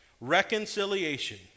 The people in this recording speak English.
Reconciliation